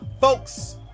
folks